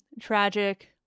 tragic